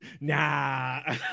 nah